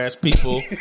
people